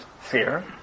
fear